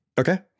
Okay